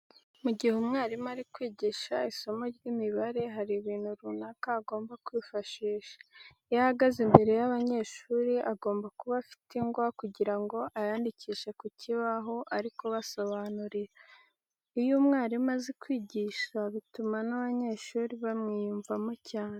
Mu gihe umwarimu ari kwigisha isomo ry'imibare hari ibintu runaka agomba kwifashisha. Iyo ahagaze imbere y'abanyeshuri agomba kuba afite ingwa kugira ngo ayandikishe ku kibaho ari kubasobanurira. Iyo umwarimu azi kwigisha bituma n'abanyeshuri na bo bamwiyumvamo cyane.